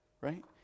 right